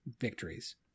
victories